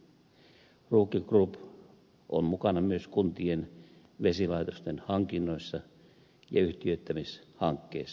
ruukki group on myös mukana kuntien vesilaitosten hankinnoissa ja yhtiöittämishankkeissa